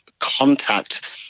contact